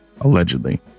allegedly